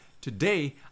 Today